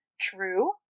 True